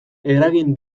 eragin